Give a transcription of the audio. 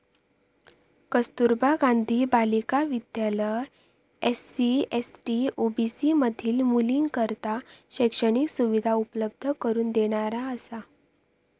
कस्तुरबा गांधी बालिका विद्यालय SC, ST, OBC मधील मुलींकरता शैक्षणिक सुविधा उपलब्ध करून देणारा असा